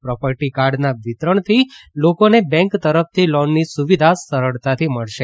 property કાર્ડના વિતરણથી લોકોને બેન્ક તરફથી લોનની સુવિધા સરળતાથી મળી રહેશે